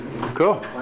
Cool